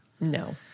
No